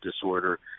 disorder